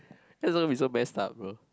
that going to be so messed up bro